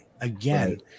Again